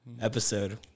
episode